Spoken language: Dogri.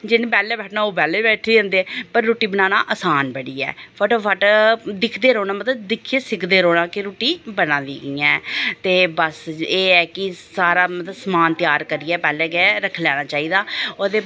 जिस बैल्ले बैठना ओह् बैल्ले बैठी जंदे पर रुट्टी बनाना असान बड़ी ऐ फटोफट दिखदे रौह्ना मतलब दिक्खियै सिखदे रौह्ना कि रुट्टी बना दी कि'यां ऐ ते बस एह् ऐ कि सारा मतलब समान त्यार करियै पैह्ले गै रक्ख लैना चाहिदा ओह्दे बाद